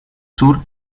sur